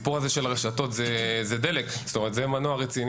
הרשתות החברתיות הן דלק, הן מנוע רציני.